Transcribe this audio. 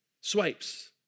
swipes